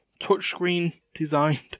touchscreen-designed